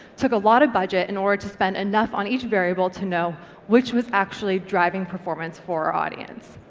took a lot of budget in order to spend enough on each variable to know which was actually driving performance for our audience.